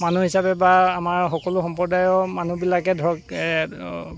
মানুহ হিচাপে বা আমাৰ সকলো সম্প্ৰদায়ৰ মানুহবিলাকে ধৰক